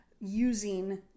using